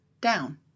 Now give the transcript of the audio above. down